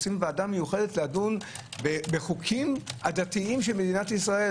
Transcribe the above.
עושים ועדה מיוחדת לדון בחוקים דתיים של מדינת ישראל.